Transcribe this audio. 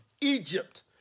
Egypt